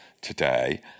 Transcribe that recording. today